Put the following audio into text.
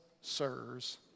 sirs